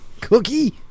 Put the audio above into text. Cookie